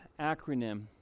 acronym